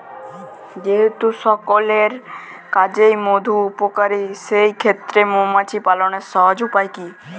যেহেতু সকলের কাছেই মধু উপকারী সেই ক্ষেত্রে মৌমাছি পালনের সহজ উপায় কি?